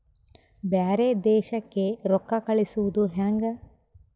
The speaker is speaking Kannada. ಬ್ಯಾರೆ ದೇಶಕ್ಕೆ ರೊಕ್ಕ ಕಳಿಸುವುದು ಹ್ಯಾಂಗ?